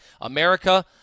America